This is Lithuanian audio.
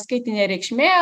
skaitinė reikšmė